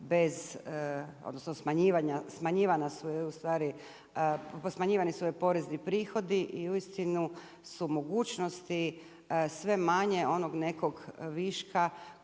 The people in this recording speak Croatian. ustvari, smanjivani su joj porezni prihodi i uistinu su mogućnosti sve manje onog nekog viška